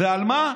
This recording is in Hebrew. ועל מה?